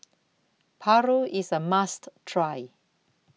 Paru IS A must Try